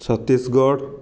Chhattisgarh